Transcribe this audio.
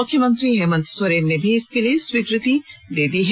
मुख्यमंत्री हेमंत सोरेन से भी इसके लिए स्वीकृति मिल चुकी है